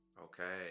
Okay